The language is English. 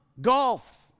Golf